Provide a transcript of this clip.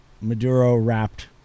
Maduro-wrapped